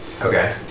Okay